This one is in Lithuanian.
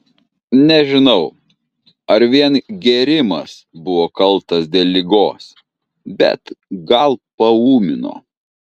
nežinau ar vien gėrimas buvo kaltas dėl ligos bet gal paūmino